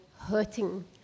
hurting